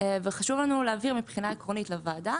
וחשוב לנו להבהיר מבחינה עקרונית לוועדה